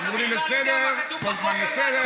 שמולי, לסדר, פולקמן, לסדר.